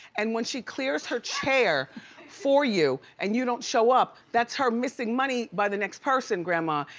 and when she clears her chair for you and you don't show up, that's her missing money by the next person, grandma,